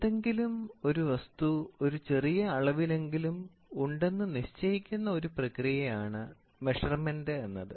എന്തെങ്കിലും ഒരു വസ്തു ഒരു ചെറിയ അളവിലെങ്കിലും ഉണ്ടെന്ന് നിശ്ചയിക്കുന്ന ഒരു പ്രക്രിയയാണ് മെഷർമെൻറ് എന്നത്